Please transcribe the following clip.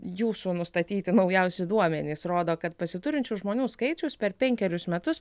jūsų nustatyti naujausi duomenys rodo kad pasiturinčių žmonių skaičius per penkerius metus